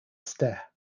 ste